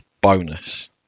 bonus